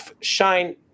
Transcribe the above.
shine